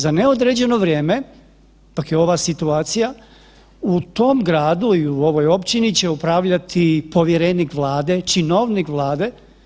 Za neodređeno vrijeme ipak je ova situacija u tom gradu i u ovoj općini će upravljati povjerenik Vlade, činovnik Vlade.